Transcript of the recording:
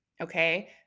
Okay